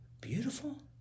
beautiful